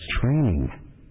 training